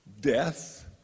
death